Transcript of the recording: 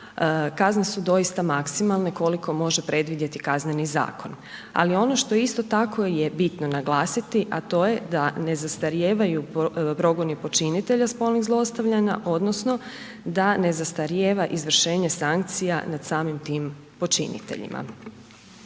Kazne su doista maksimalne koliko može predvidjeti KZ, ali ono što isto tako je bitno naglasiti a to je da ne zastarijevaju progoni počinitelja spolnih zlostavljanja odnosno da ne zastarijeva izvršenje sankcija nad samim tim počiniteljima.